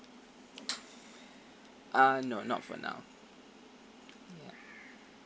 uh no not for now yup